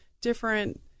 different